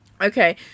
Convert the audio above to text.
Okay